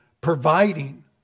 providing